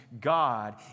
God